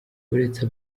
uretse